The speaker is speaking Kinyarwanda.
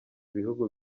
ibihugu